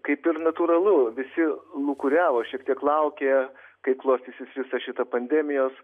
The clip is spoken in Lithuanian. kaip ir natūralu visi lūkuriavo šiek tiek laukė kaip klostysis visa šita pandemijos